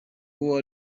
uwo